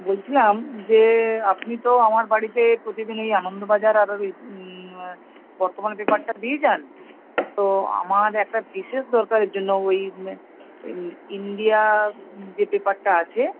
বলছিলাম যে আপনি তো আমার বাড়িতে প্রতিদিন ওই আনন্দবাজার আর আর ওই বর্তমান পেপারটা দিয়ে যান তো আমার একটা বিশেষ দরকারের জন্য ওই ইন্ডিয়া যে পেপারটা আছে